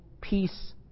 peace